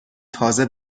تازه